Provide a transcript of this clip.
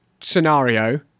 scenario